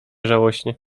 żałośnie